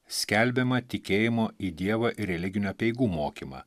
skelbiamą tikėjimo į dievą ir religinių apeigų mokymą